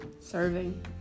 serving